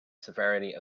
severity